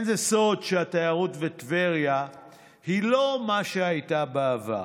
זה לא סוד שהתיירות בטבריה היא לא מה שהייתה בעבר,